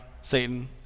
Satan